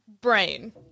Brain